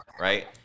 right